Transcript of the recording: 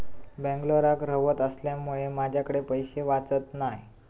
बेंगलोराक रव्हत असल्यामुळें माझ्याकडे पैशे वाचत नाय